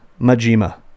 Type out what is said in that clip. Majima